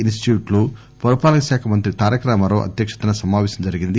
institute లో పురపాలక శాఖ మంత్రి తారక రామారావు అధ్యకతన సమాపేశం జరిగింది